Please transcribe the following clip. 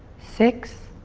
six.